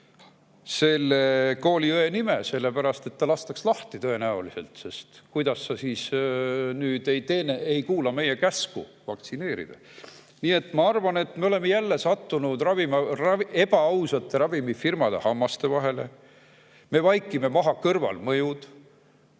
selle kooliõe nime, sellepärast et ta lastaks lahti tõenäoliselt, sest kuidas sa siis ei kuula meie käsku vaktsineerida. Nii et ma arvan, et me oleme jälle sattunud ebaausate ravimifirmade hammaste vahele. Me vaikime maha kõrvalmõjud.